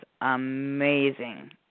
amazing